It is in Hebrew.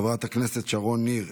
חברת הכנסת שרון ניר,